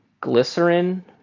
Glycerin